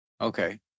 Okay